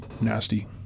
nasty –